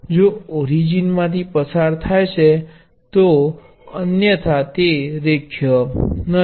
જો ઓરિજિન માંથી પસાર થાય છે તો અન્યથા તે રેખીય નથી